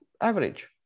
average